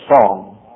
song